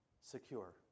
Secure